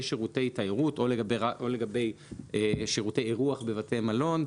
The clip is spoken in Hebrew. שירותי תיירות או לגבי שירותי אירוח בבתי מלון,